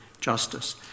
justice